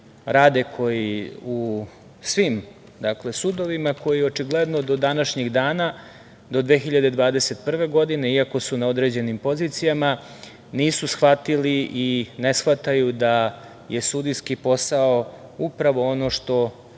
rade u svim sudovima, koji očigledno do današnjeg dana, do 2021. godine, iako su na određenim pozicijama, nisu shvatili i ne shvataju da je sudijski posao upravo ono što